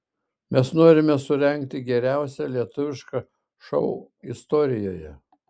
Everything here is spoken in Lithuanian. mes norime surengti geriausią lietuvišką šou istorijoje